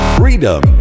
freedom